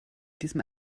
diesem